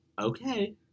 okay